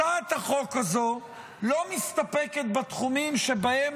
הצעת החוק הזו לא מסתפקת בתחומים שבהם